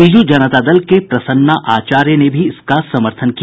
बीजू जनता दल के प्रसन्ना आचार्य ने भी इसका समर्थन किया